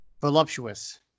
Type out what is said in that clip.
Voluptuous